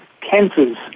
cancers